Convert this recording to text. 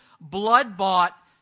blood-bought